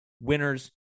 winners